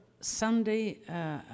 Sunday